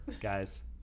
guys